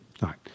right